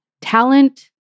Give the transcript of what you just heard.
talent